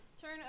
Turn